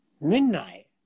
Midnight